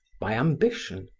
by ambition,